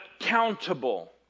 accountable